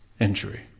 injury